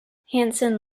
hanson